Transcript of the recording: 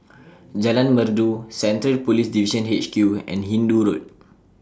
Jalan Merdu Central Police Division H Q and Hindoo Road